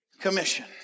Commission